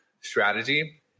strategy